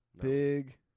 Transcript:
big